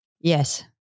Yes